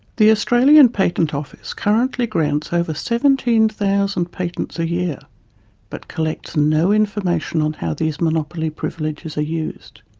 the australian patent office currently grants over seventeen thousand patents a year but collects no information on how these monopoly privileges are used.